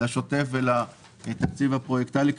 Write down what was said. לשוטף ולתקציב הפרויקטלי,